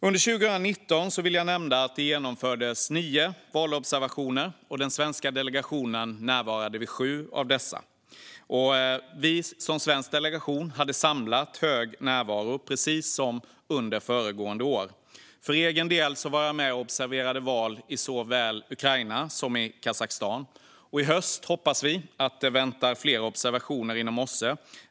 Under 2019 genomfördes nio valobservationer, vill jag nämna, och den svenska delegationen närvarade vid sju av dessa. Den svenska delegationen hade samlat hög närvaro, precis som under föregående år. För egen del var jag med och observerade val såväl i Ukraina som i Kazakstan. I höst hoppas vi att det väntar flera observationer inom OSSE.